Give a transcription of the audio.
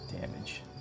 damage